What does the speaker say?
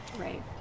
Right